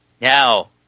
Now